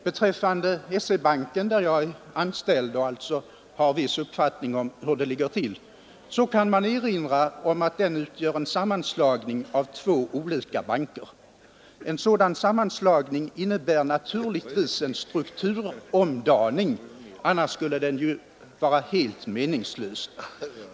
Beträffande SE-banken — där jag är anställd och där jag alltså har viss uppfattning om hur det ligger till — kan det erinras om att den utgör en sammanslagning av två olika banker. En sådan sammanslagning innebär naturligtvis en viss strukturomdaning; annars skulle den ju vara helt meningslös.